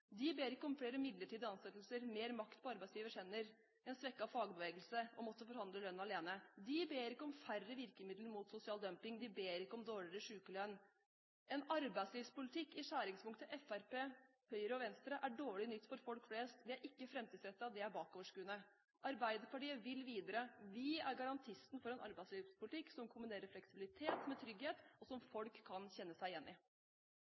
de ber ikke om flere midlertidige ansettelser, mer makt på arbeidsgivers hender, en svekket fagbevegelse og å måtte forhandle lønn alene. De ber ikke om færre virkemidler mot sosial dumping, de ber ikke om dårligere sykelønn. En arbeidslivspolitikk i skjæringspunktet Fremskrittspartiet, Høyre og Venstre er dårlig nytt for folk flest. Det er ikke framtidsrettet, det er tilbakeskuende. Arbeiderpartiet vil videre. Vi er garantisten for en arbeidslivspolitikk som kombinerer fleksibilitet med trygghet, og som folk kan kjenne seg igjen i.